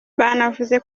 banavuze